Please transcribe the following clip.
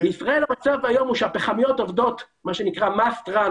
בישראל המצב היום הוא שהפחמיות עובדות MUST RUN,